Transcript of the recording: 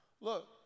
Look